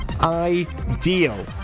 ideal